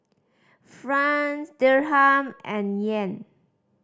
Franc Dirham and Yen